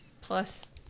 plus